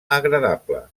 agradable